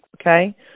Okay